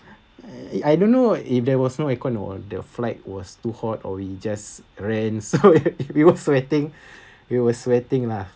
I don't know if there was no aircon or the flight was too hot or we just ran so we were sweating we were sweating lah